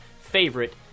favorite